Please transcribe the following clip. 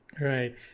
Right